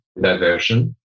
diversion